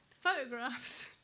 photographs